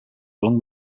along